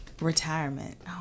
retirement